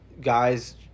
guys